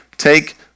take